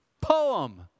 Poem